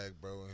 bro